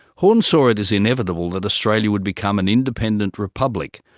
horne saw it as inevitable that australia would become an independent republic,